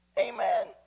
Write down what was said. Amen